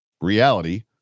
reality